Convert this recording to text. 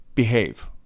behave